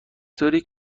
طوری